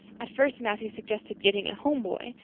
at first matthew suggested getting a home boy.